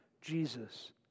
Jesus